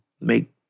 make